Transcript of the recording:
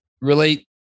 relate